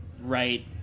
right